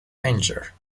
danger